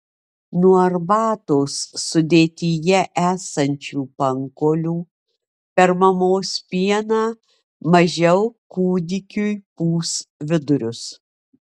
nuo arbatos sudėtyje esančių pankolių per mamos pieną mažiau kūdikiui pūs vidurius